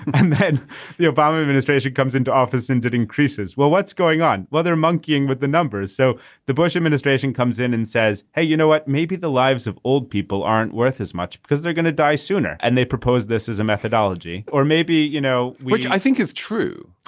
and the obama administration comes into office and it increases. well what's going on. well they're monkeying with the numbers. so the bush administration comes in and says hey you know what maybe the lives of old people aren't worth as much because they're going to die sooner. and they proposed this as a methodology or maybe you know which i think is true.